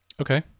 Okay